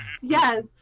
yes